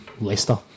Leicester